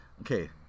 okay